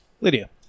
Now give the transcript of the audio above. Lydia